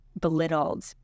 belittled